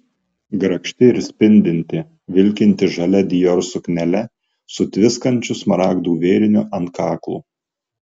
grakšti ir spindinti vilkinti žalia dior suknele su tviskančiu smaragdų vėriniu ant kaklo